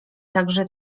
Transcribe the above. także